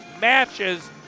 matches